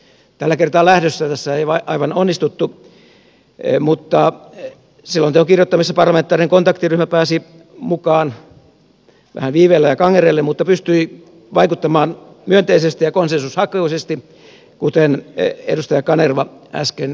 tällä kertaa lähdössä ei tässä aivan onnistuttu selonteon kirjoittamisessa parlamentaarinen kontaktiryhmä pääsi mukaan vähän viiveellä ja kangerrellen mutta pystyi vaikuttamaan myönteisesti ja konsensushakuisesti kuten edustaja kanerva äsken todisti